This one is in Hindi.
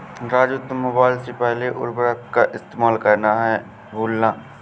राजू तुम मोबाइल से पहले उर्वरक का इस्तेमाल करना ना भूलना